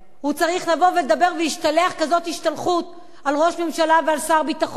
הוא צריך לבוא ולדבר ולהשתלח כזאת השתלחות בראש ממשלה ובשר ביטחון.